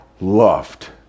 loved